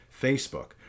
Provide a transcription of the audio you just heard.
Facebook